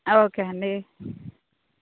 okay అండి